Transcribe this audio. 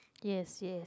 yes yes